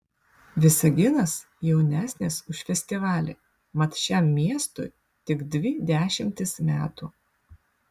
visaginas jaunesnis už festivalį mat šiam miestui tik dvi dešimtys metų